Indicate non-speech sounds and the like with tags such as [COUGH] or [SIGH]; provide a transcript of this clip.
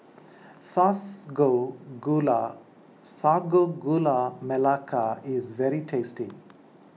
[UNINTELLIGIBLE] Gula Sago Gula Melaka is very tasty